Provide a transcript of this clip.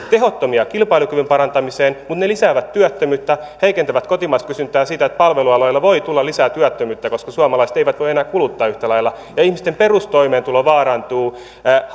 tehottomia kilpailukyvyn parantamiseen ne lisäävät työttömyyttä heikentävät kotimaista kysyntää ja sitä että palvelualoilla voi tulla lisää työttömyyttä koska suomalaiset eivät voi enää kuluttaa yhtä lailla ja ihmisten perustoimeentulo vaarantuu ja